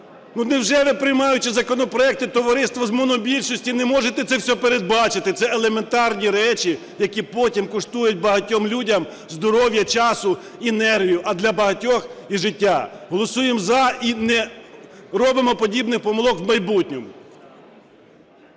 вже ви, приймаючи законопроект, товариство з монобільшості, не можете це все передбачити? Це елементарні речі, які потім коштують багатьом людям здоров'я, часу і нервів, а для багатьох – і життя. Голосуємо "за" і не робимо подібних помилок у майбутньому.